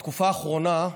בתקופה האחרונה,